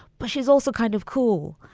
but she's also kind of cool.